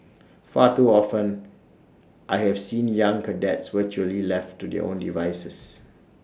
far too often I have seen young cadets virtually left to their own devices